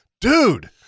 Dude